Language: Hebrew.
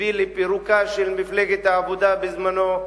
הביא לפירוקה של מפלגת העבודה בזמנו,